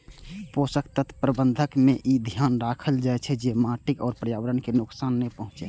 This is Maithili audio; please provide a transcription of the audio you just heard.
पोषक तत्व प्रबंधन मे ई ध्यान राखल जाइ छै, जे माटि आ पर्यावरण कें नुकसान नै पहुंचै